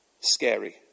scary